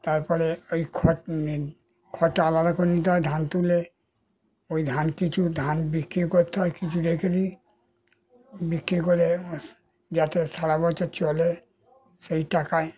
তার পরে ওই খড় মানে খড়টা আলাদা করে নিতে হয় ধান তুলে ওই ধান কিছু ধান বিক্রি করতে হয় কিছু রেখে দিই বিক্রি করে যাতে সারা বছর চলে সেই টাকায়